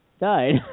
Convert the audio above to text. died